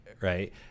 right